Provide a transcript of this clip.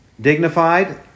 dignified